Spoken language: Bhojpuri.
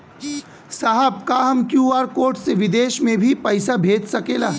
साहब का हम क्यू.आर कोड से बिदेश में भी पैसा भेज सकेला?